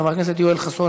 חבר הכנסת יואל חסון,